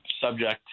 subject